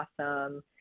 awesome